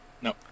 No